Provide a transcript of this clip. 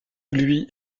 lui